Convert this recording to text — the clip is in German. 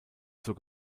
zur